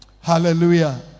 Hallelujah